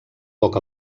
poc